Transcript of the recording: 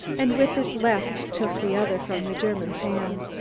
and with his left took the other from the german's hand.